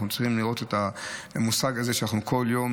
אנחנו צריכים לראות את המושג הזה שאנחנו כל יום